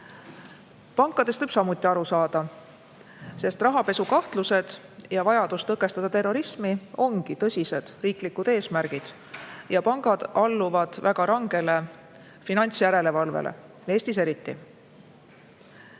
Pankadest võib samuti aru saada, sest rahapesukahtlused ja vajadus tõkestada terrorismi ongi tõsised riiklikud eesmärgid. Pealegi alluvad pangad väga rangele finantsjärelevalvele. Järelikult